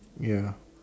ya